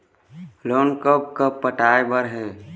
Loan कब कब पटाए बर हे?